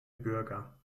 bürger